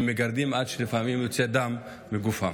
הם מגרדים עד שלפעמים יוצא דם מגופם,